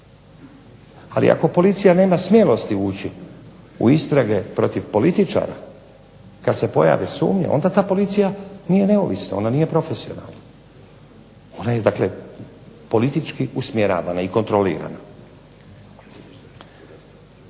ali ako policija nema smjelosti ući u istrage protiv političara kad se pojavi sumnja onda ta policija nije neovisna, ona nije profesionalna. Ona je dakle politički usmjeravana i kontrolirana.